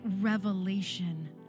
revelation